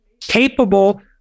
capable